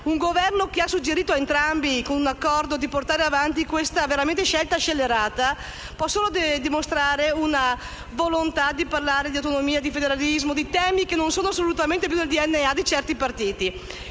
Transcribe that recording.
dal Governo che ha suggerito a entrambi, con un accordo, di portare avanti questa scelta scellerata. Ciò può solo dimostrare la volontà di parlare di autonomia, di federalismo, di temi che non sono assolutamente più nel DNA di certi partiti.